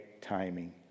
timing